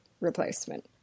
replacement